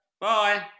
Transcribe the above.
Bye